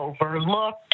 overlooked